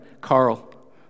Carl